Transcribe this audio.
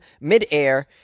midair